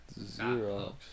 Xerox